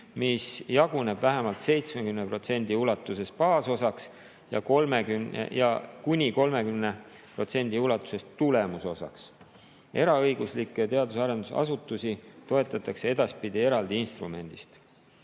mis jaguneb vähemalt 70% ulatuses baasosaks ja kuni 30% ulatuses tulemusosaks. Eraõiguslikke teadus- ja arendusasutusi toetatakse edaspidi eraldi instrumendist.